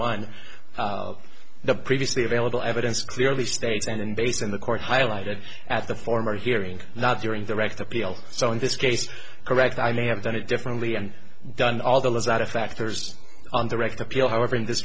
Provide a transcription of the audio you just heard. one of the previously available evidence clearly states and based on the court highlighted at the former hearing not during the rect appeal so in this case correct i may have done it differently and done all those out of factors on direct appeal however in this